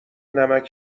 نمکـ